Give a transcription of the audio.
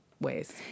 ways